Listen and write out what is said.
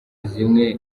zimwe